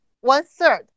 one-third